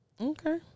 Okay